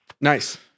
Nice